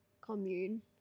commune